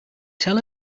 tell